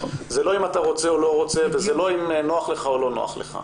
זה לא אם אתה רוצה או לא רוצה וזה לא אם נוח לך או לא נוח לך.